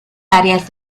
áreas